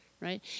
right